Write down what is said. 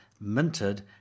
minted